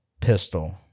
Pistol